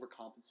overcompensate